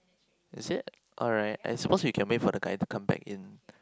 is it alright I suppose we can wait for the guy to come back in